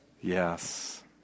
Yes